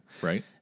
Right